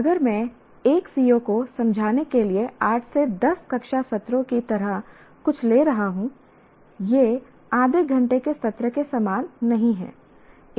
अगर मैं एक CO को समझाने के लिए 8 से 10 कक्षा सत्रों की तरह कुछ ले रहा हूं यह आधे घंटे के सत्र के समान नहीं है